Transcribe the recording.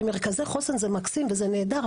כי מרכזי חוסן זה מקסים וזה נהדר,